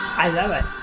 i love it